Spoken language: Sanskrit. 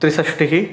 त्रिषष्ठिः